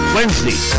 Wednesday